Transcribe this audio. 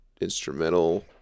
Instrumental